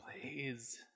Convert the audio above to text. please